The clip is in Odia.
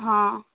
ହଁ